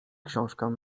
książkę